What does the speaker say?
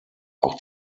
auch